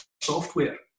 software